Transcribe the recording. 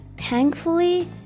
thankfully